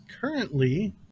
currently